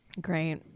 Great